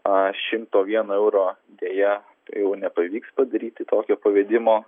a šimto vieno euro deja jau nepavyks padaryti tokio pavedimo